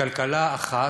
בכלכלה אחת,